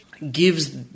gives